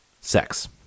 sex